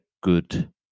good